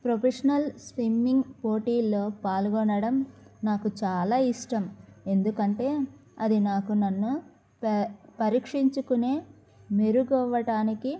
professional swimming పోటీల్లో పాల్గొనడం నాకు చాలా ఇష్టం ఎందుకంటే అది నాకు నన్ను పరీక్షించుకుని మెరుగవడనికి